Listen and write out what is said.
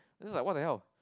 I just like what the hell